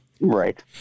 Right